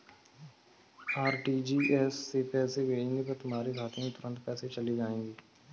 RTGS से पैसे भेजने पर तुम्हारे खाते में तुरंत पैसे चले जाएंगे